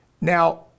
Now